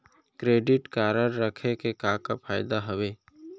Credit card रखे के का का फायदा हवे?